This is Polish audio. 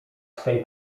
swej